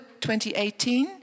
2018